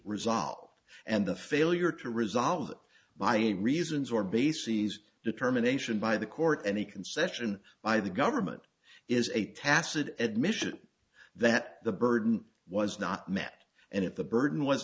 resolved and the failure to resolve by any reasons or bases determination by the court and the concession by the government is a tacit admission that the burden was not met and if the burden was